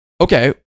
Okay